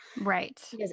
right